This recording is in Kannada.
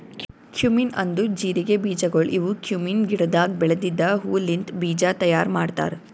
ಕ್ಯುಮಿನ್ ಅಂದುರ್ ಜೀರಿಗೆ ಬೀಜಗೊಳ್ ಇವು ಕ್ಯುಮೀನ್ ಗಿಡದಾಗ್ ಬೆಳೆದಿದ್ದ ಹೂ ಲಿಂತ್ ಬೀಜ ತೈಯಾರ್ ಮಾಡ್ತಾರ್